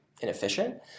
inefficient